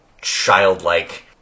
childlike